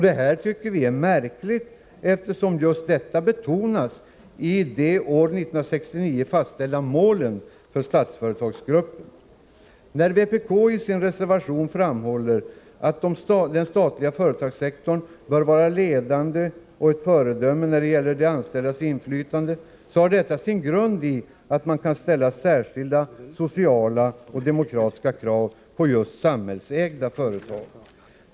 Detta är märkligt, eftersom just denna roll betonas i de år 1969 fastställda målen för Statsföretagsgruppen. När vpk i sin reservation framhåller att den statliga företagssektorn bör vara ledande och ett föredöme när det gäller de anställdas inflytande, har detta sin grund i att man kan ställa särskilda sociala och demokratiska krav på just samhällsägda företag.